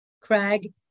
Craig